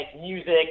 music